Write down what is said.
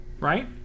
right